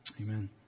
amen